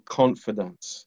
confidence